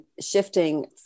shifting